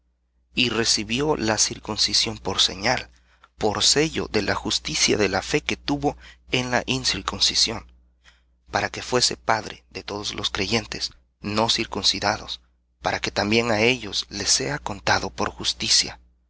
y recibió la circuncisión por señal por sello de la justicia de la fe que tuvo en la incircuncisión para que fuese padre de todos los creyentes no circuncidados para que también á ellos les sea contado por justicia